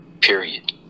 Period